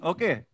Okay